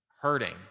hurting